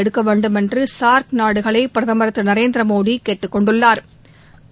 எடுக்க வேண்டும் என்று சார்க் நாடுகளை பிரதமர் திரு நரேந்திர மோடி கேட்டுக்கொண்டுள்ளாா்